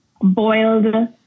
boiled